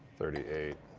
thirty eight,